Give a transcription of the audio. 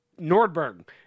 Nordberg